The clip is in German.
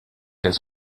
jetzt